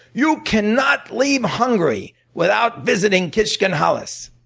you cannot leave hungary without visiting kiskunhalas.